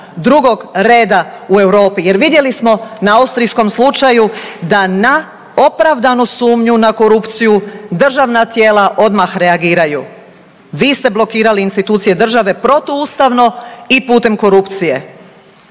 drugog reda u Europi jer vidjeli smo na austrijskom slučaju da na opravdanu sumnju na korupciju državna tijela odmah reagiraju, vi ste blokirali institucije države protuustavno i putem korupcije,